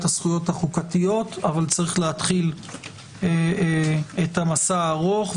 הזכויות החוקתיות אבל צריך להתחיל את המסע הארוך,